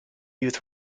youth